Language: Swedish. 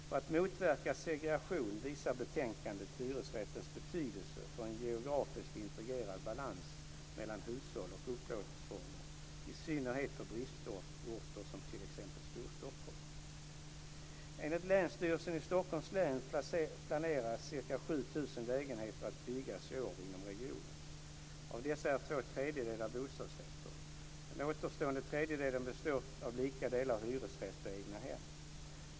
För att motverka segregation visar betänkandet hyresrättens betydelse för en geografiskt integrerad balans mellan hushåll och upplåtelseformer, i synnerhet på bristorter som t.ex. Storstockholm. Enligt Länsstyrelsen i Stockholms län så planeras ca 7 000 lägenheter att byggas i år inom regionen. Av dessa är ca två tredjedelar bostadsrätter. Den återstående tredjedelen består av lika delar hyresrätt och egnahem.